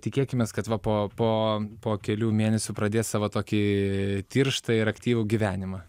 tikėkimės kad va po po po kelių mėnesių pradės savo tokį tirštą ir aktyvų gyvenimą